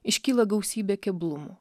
iškyla gausybė keblumų